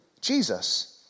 Jesus